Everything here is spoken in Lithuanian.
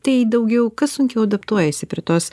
tai daugiau kas sunkiau adaptuojasi prie tos